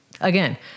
again